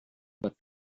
but